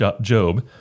Job